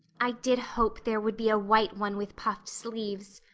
i did hope there would be a white one with puffed sleeves,